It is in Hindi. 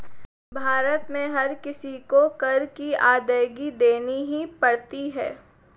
भारत में हर किसी को कर की अदायगी देनी ही पड़ती है